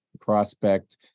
prospect